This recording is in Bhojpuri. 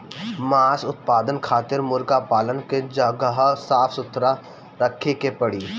मांस उत्पादन खातिर मुर्गा पालन कअ जगह साफ सुथरा रखे के पड़ी